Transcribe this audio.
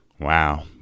wow